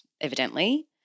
evidently